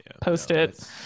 Post-it